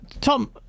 Tom